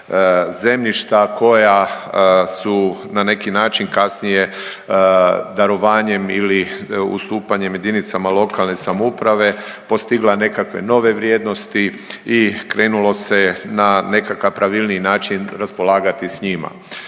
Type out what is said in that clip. zemljišta koje su na neki način kasnije darovanjem ili ustupanjem jedinicama lokalne samouprave postigla nekakve nove vrijednosti i krenulo se je na nekakav pravilniji način raspolagati s njima.